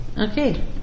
Okay